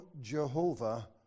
Jehovah